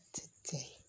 today